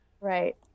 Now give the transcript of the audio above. Right